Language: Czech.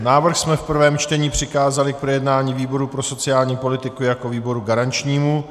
Návrh jsme v prvém čtení přikázali k projednání výboru pro sociální politiku jako výboru garančnímu.